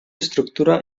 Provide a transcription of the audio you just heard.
estructura